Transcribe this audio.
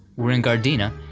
we're in gardena,